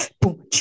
Boom